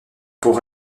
pour